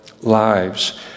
lives